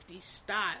style